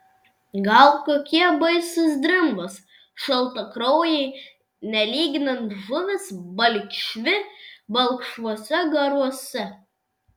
gal kokie baisūs drimbos šaltakraujai nelyginant žuvys balkšvi balkšvuose garuose